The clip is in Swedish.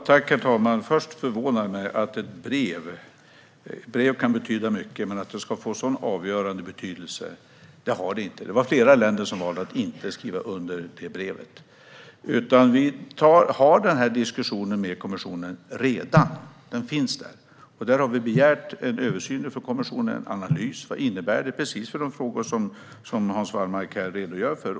Herr talman! Ett brev kan betyda mycket, men att det ska tillskrivas en sådan avgörande betydelse förvånar mig. Detta brev har inte någon sådan betydelse. Det var flera länder som valde att inte skriva under det brevet. Vi för redan denna diskussion med kommissionen. Där har vi begärt en översyn och analys från kommissionen för att få reda på vad det hela innebär. Detta rör precis de frågor som Hans Wallmark redogör för.